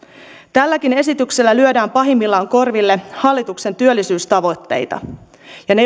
tälläkin esityksellä lyödään pahimmillaan korville hallituksen työllisyystavoitteita ja ne